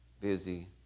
busy